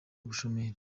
ubushomeri